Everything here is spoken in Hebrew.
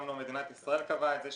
גם לא מדינת ישראל קבעה את זה.